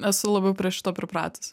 esu labiau prie šito pripratus